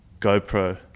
GoPro